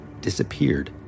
disappeared